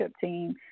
team